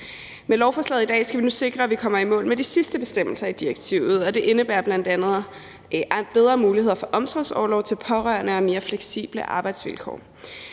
Med lovforslaget i dag skal vi nu sikre, at vi kommer i mål med de sidste bestemmelser i direktivet, og det indebærer bl.a. bedre muligheder for omsorgsorlov til pårørende og mere fleksible arbejdsvilkår.